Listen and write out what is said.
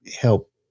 help